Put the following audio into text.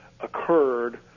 occurred